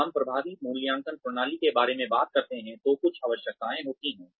जब हम प्रभावी मूल्यांकन प्रणाली के बारे में बात करते हैं तो कुछ आवश्यकताएं होती हैं